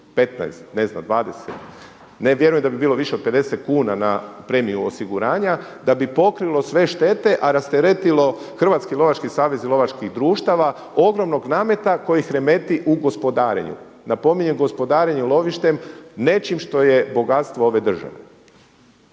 15, ne znam 20 ne vjerujem da bi bilo više od 50 kuna na premiju osiguranja, da bi pokrilo sve štete a rasteretilo Hrvatski lovački savez i lovačkih društava ogromnog nameta koji ih remeti u gospodarenju. Napominjem gospodarenju lovištem, nečim što je bogatstvo ove države.